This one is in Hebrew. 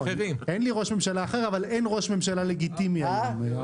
אין לי ראש ממשלה אחר אבל אין ראש ממשלה לגיטימי היום.